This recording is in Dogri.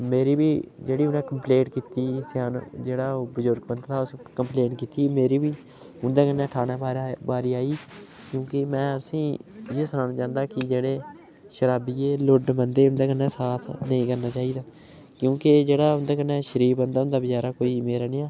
मेरी बी जेह्ड़ी उन्नै कंपलेट कीती स्याना जेह्ड़ा ओह् बजुर्ग बंदा हा उस कंपलेंट कीती मेरी बी उं'दे कन्नै थानै महाराज बारी आई क्योंकि में उसी इ'यै सनाना चांह्दा कि जेह्ड़े शराबिये लुण्ड बंदे उं'दे कन्नै साथ नेईं करना चाहि्दा क्योंकि जेह्ड़ा उंदे कन्नै शरीफ बंदा होंदा बचैरा कोई मेरा नेहा